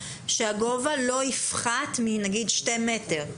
הגובה לא יפחת מנגיד 2 מטרים.